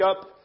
up